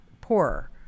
poorer